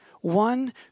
One